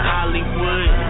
Hollywood